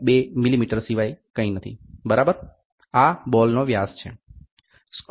2 millimetre સિવાય કંઈ નથી બરાબર આ બોલનો વ્યાસ છે